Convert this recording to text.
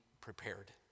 prepared